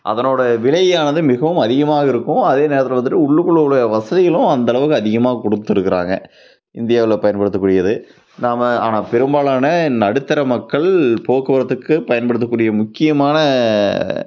அதனோடய விலையானது மிகவும் அதிகமாக இருக்கும் அதே நேரத்தில் வந்துட்டு உள்ளுக்குள்ளே உள்ள வசதிகளும் அந்த அளவுக்கு அதிகமாக கொடுத்துருக்கறாங்க இந்தியாவில் பயன்படுத்தக்கூடியது நாம் ஆனால் பெரும்பாலான நடுத்தர மக்கள் போக்குவரத்துக்கு பயன்படுத்தக்கூடிய முக்கியமான